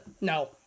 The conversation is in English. no